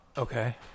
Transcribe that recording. Okay